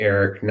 Eric